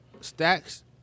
Stacks